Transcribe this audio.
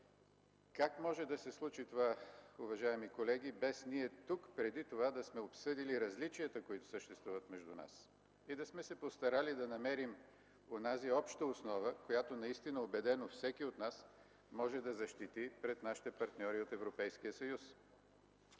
как може да се случи това, уважаеми колеги, без ние тук преди това да сме обсъдили различията, които съществуват между нас и да сме се постарали да намерим онази обща основа, която наистина убедено всеки от нас може да защити пред нашите партньори от Европейския съюз?